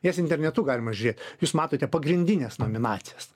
jas internetu galima žiūrėt jūs matote pagrindines nominacijas